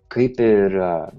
kaip ir